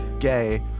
gay